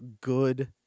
good